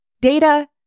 Data